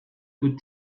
could